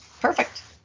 Perfect